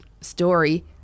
story